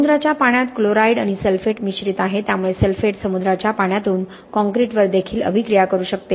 समुद्राच्या पाण्यात क्लोराईड आणि सल्फेट मिश्रित आहे त्यामुळे सल्फेट समुद्राच्या पाण्यातून कॉंक्रिटवर देखील अभिक्रिया करू शकतो